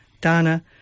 dana